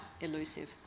elusive